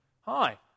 hi